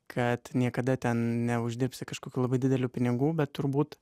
kad niekada ten neuždirbsi kažkokių labai didelių pinigų bet turbūt